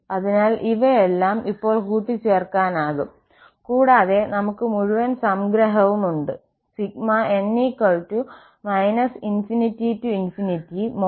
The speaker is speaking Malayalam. അതിനാൽ ഇവയെല്ലാം ഇപ്പോൾ കൂട്ടിച്ചേർക്കാനാകും കൂടാതെ നമുക്ക് മുഴുവൻ സംഗ്രഹവും ഉണ്ട് n ∞c n2